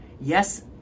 yes